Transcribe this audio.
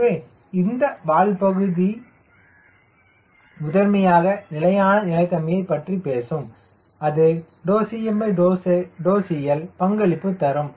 எனவே இந்த வால் தொகுதி முதன்மையாக நிலையான நிலைத்தன்மையைப் பற்றி பேசும் அதுcmcL பங்களிப்பு தரும்